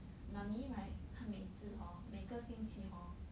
mummy right 他每次 hor 每个星期 hor